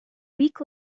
week